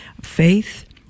Faith